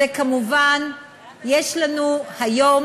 כמובן יש לנו היום